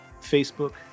Facebook